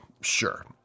sure